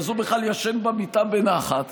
אז הוא בכלל ישן במיטה בנחת